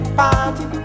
party